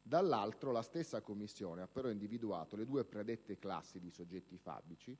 dall'altro la stessa commissione ha però individuato le due predette classi di soggetti fabici,